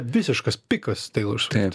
visiškas pikas teilor svift